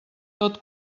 tot